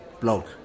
blog